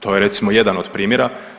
To je recimo, jedan od primjera.